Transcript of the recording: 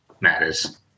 matters